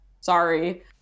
sorry